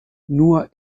nur